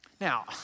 Now